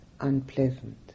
unpleasant